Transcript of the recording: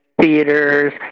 theaters